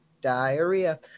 diarrhea